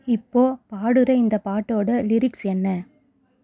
இப்போது பாடுகிற இந்த பாட்டோடய லிரிக்ஸ் என்ன